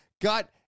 got